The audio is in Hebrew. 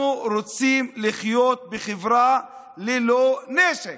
אנחנו רוצים לחיות בחברה ללא נשק.